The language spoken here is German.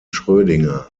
schrödinger